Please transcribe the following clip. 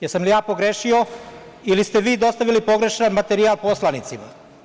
Jesam li ja pogrešio ili ste vi dostavili pogrešan materijal poslanicima?